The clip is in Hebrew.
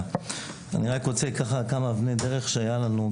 רק רוצה ככה כמה אבני דרך שהיה לנו,